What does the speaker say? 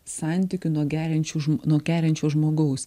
santykių nuo geriančių nuo geriančio žmogaus